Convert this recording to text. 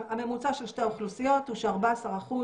הממוצע של שתי האוכלוסיות הוא ש-14%